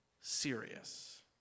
serious